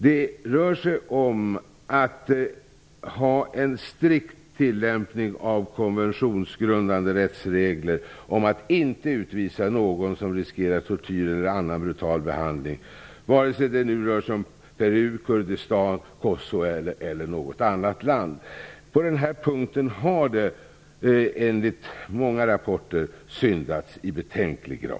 Det rör sig om att ha en strikt tillämpning av konventionsgrundande rättsregler om att inte utvisa någon som riskerar att bli utsatt för tortyr eller annan brutal behandling, oavsett om det rör sig om Peru, Kurdistan, Kosovo eller något annat land. På denna punkt har det, enligt många rapporter, syndats i betänklig grad.